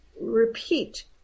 repeat